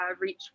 reach